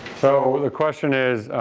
so, the question is